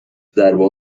ضربه